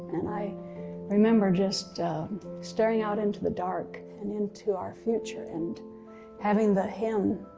and i remember just staring out into the dark and into our future, and having the hymn,